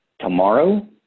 Tomorrow